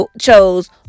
chose